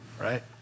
right